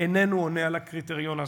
איננו עומד בקריטריון הזה.